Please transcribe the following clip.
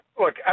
look